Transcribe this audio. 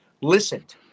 listened